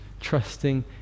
trusting